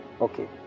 Okay